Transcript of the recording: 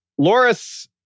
Loras